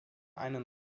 einen